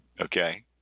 Okay